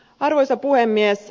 arvoisa puhemies